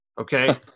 Okay